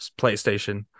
PlayStation